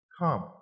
come